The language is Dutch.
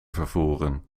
vervoeren